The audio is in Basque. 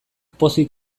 pozik